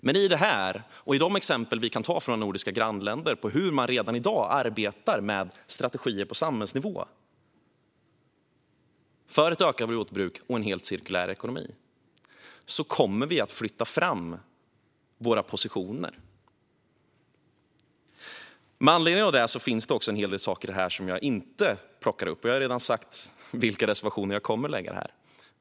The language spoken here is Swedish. Men med detta och de exempel vi kan ta från nordiska grannländer som handlar om hur man redan i dag arbetar med strategier på samhällsnivå för ett ökat återbruk och en helt cirkulär ekonomi kommer vi att flytta fram våra positioner. Med anledning av detta finns det också en hel del saker som jag inte plockar upp. Jag har redan sagt vilken reservation jag yrkar bifall till.